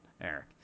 Eric